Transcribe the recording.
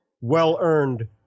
well-earned